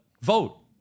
vote